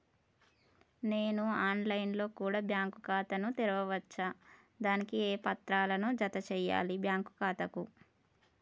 నేను online లో కూడా బ్యాంకు ఖాతా ను తెరవ వచ్చా? దానికి ఏ పత్రాలను జత చేయాలి బ్యాంకు ఖాతాకు?